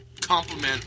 compliment